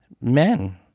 men